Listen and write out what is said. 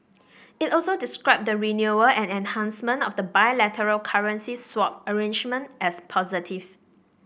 it also described the renewal and enhancement of the bilateral currency swap arrangement as positive